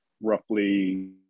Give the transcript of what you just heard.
roughly